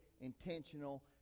intentional